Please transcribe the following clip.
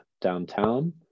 downtown